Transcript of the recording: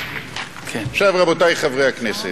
עכשיו, רבותי חברי הכנסת,